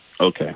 Okay